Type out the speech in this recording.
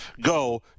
go